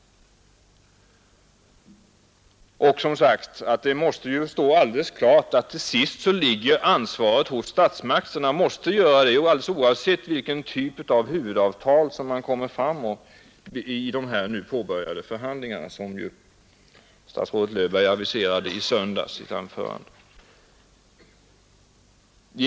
Det måste som sagt stå alldeles klart att ansvaret till sist ligger hos statsmakterna — det måste det göra, alldeles oavsett vilken typ av huvudavtal man kommer fram till i de nu påbörjade förhandlingarna, som statsrådet Löfberg aviserade i sitt anförande i söndags.